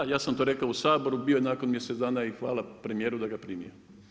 Da, ja sam to rekao u Saboru, bio nakon mjesec dana i hvala premijeru da ga je primio.